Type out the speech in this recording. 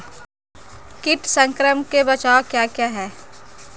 कीट संक्रमण के बचाव क्या क्या हैं?